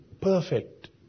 perfect